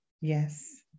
Yes